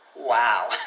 Wow